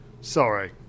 Sorry